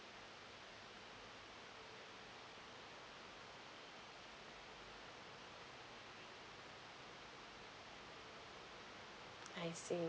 I see